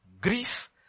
grief